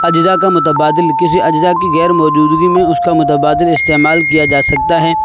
اجزا کا متبادل کسی اجزا کی غیرموجودگی میں اس کا متبادل استعمال کیا جا سکتا ہے